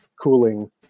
cooling